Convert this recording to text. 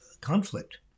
conflict